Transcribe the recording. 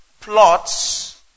plots